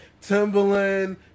Timberland